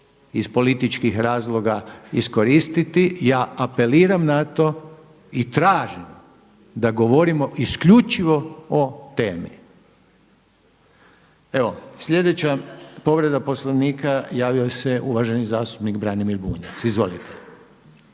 iz političkih razloga iskoristiti. Ja apeliram na to i tražim da govorimo isključivo o temi. Evo sljedeća povreda Poslovnika javio se uvaženi zastupnik Branimir Bunjac. Izvolite.